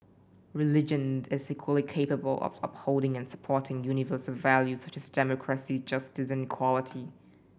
religion is equally capable of upholding and supporting universal values such as democracy justice and equality